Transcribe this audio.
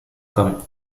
come